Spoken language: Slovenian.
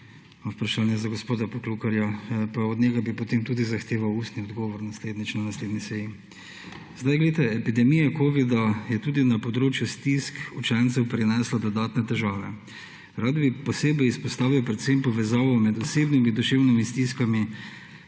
vprašanje za gospoda Poklukarja, pa od njega bi potem tudi zahteval ustni odgovor naslednjič na naslednji seji. Epidemija covida je tudi na področju stisk učencev prinesla dodatne težave. Rad bi posebej izpostavil predvsem povezavo med osebnimi in duševnimi stiskami